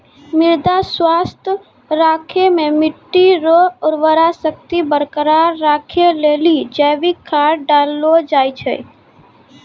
मृदा स्वास्थ्य राखै मे मट्टी रो उर्वरा शक्ति बरकरार राखै लेली जैविक खाद डाललो जाय छै